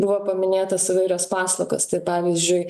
buvo paminėtos įvairios paslaugos tai pavyzdžiui